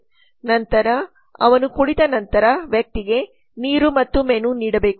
ನಂತರ ಅವನು ಕುಳಿತ ನಂತರ ವ್ಯಕ್ತಿಗೆ ನೀರು ಮತ್ತು ಮೆನು ನೀಡಬೇಕು